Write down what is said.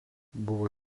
buvo